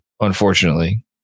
Unfortunately